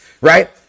Right